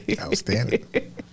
Outstanding